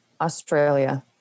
Australia